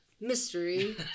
Mystery